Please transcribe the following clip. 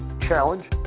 challenge